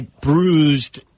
bruised